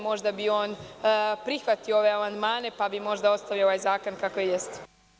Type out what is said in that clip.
Možda bi on prihvatio ove amandmane pa bi možda ostao ovaj zakon kakav jeste.